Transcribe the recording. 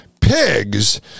pigs